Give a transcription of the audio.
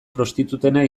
prostitutena